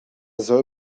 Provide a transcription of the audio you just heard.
soll